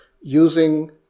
using